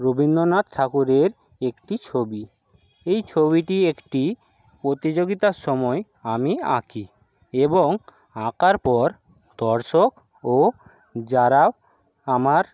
রবীন্দ্রনাথ ঠাকুরের একটি ছবি এই ছবিটি একটি প্রতিযোগিতার সময় আমি আঁকি এবং আঁকার পর দর্শক ও যারা আমার